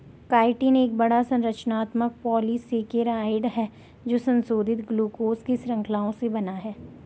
chitin एक बड़ा, संरचनात्मक पॉलीसेकेराइड है जो संशोधित ग्लूकोज की श्रृंखलाओं से बना है